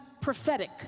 prophetic